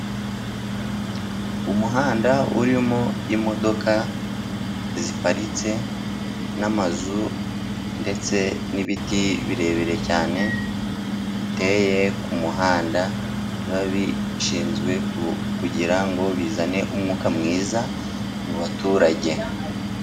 Umuhanda urimo imodoka ziparitse, n'amazu ndetse n'ibiti birebire cyane, biteye ku kumuhanda biba bishinzwe kugira ngo bizane umwuka mwiza mu baturage.